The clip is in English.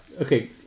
Okay